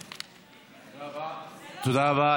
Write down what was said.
תודה רבה.